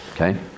Okay